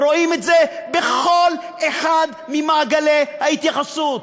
רואים את זה בכל אחד ממעגלי ההתייחסות.